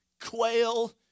quail